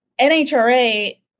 NHRA